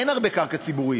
אין הרבה קרקע ציבורית.